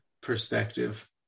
perspective